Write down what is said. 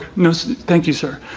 no so thank you sir